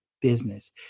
business